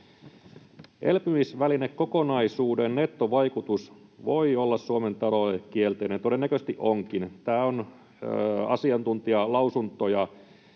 Elpymisvälinekokonaisuuden nettovaikutus voi olla Suomen taloudelle kielteinen — ja todennäköisesti onkin. Tästä on asiantuntijalausuntoja.